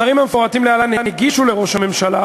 השרים ששמותיהם מפורטים להלן הגישו לראש הממשלה,